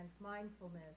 mindfulness